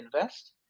invest